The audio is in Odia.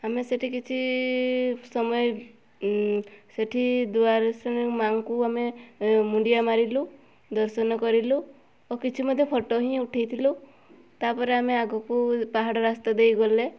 ଆମେ ସେଠି କିଛି ସମୟ ସେଠି ଦୁଆରସେଣି ମାଆଙ୍କୁ ଆମେ ମୁଣ୍ଡିଆ ମାରିଲୁ ଦର୍ଶନ କରିଲୁ ଆଉ କିଛି ମଧ୍ୟ ଫଟୋ ହିଁ ଉଠାଇଥିଲୁ ତା'ପରେ ଆମେ ଆଗକୁ ପାହାଡ଼ ରାସ୍ତା ଦେଇ ଗଲେ